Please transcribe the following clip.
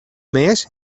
més